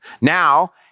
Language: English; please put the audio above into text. Now